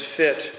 fit